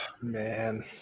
Man